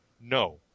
No